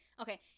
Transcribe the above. Okay